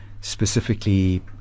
specifically